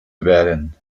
werden